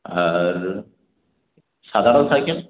আর সাধারণ সাইকেল